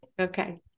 Okay